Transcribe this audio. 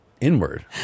inward